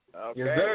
Okay